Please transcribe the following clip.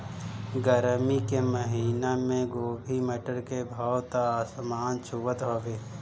गरमी के महिना में गोभी, मटर के भाव त आसमान छुअत हवे